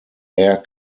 air